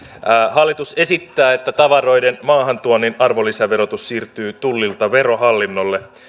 hallitus esittää että tavaroiden maahantuonnin arvonlisäverotus siirtyy tullilta verohallinnolle